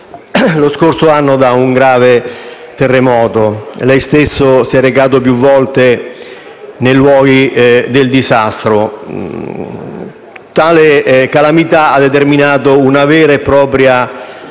lo scorso anno da un grave terremoto. Lei stesso si è recato più volte nei luoghi del disastro. Tale calamità ha determinato una vera e propria